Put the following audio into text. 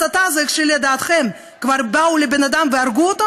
הסתה זה לדעתכם כשכבר באו לבן אדם והרגו אותו?